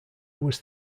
was